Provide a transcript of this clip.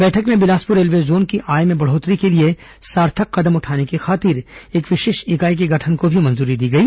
बैठक में Bilaspur railway zone की आय में बढ़ोतरी के लिए सार्थक कदम उठाने की खातिर एक विशेष इकाई के गठन को भी मंजूरी दी गई